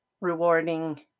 rewarding